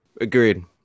Agreed